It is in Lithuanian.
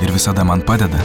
ir visada man padeda